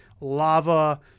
lava